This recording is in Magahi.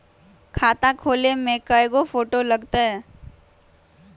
खाता खोले में कइगो फ़ोटो लगतै?